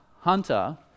hunter